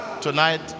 Tonight